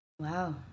Wow